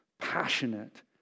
passionate